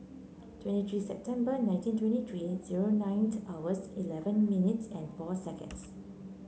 twenty three September nineteen twenty three zero nine hours eleven minutes and four seconds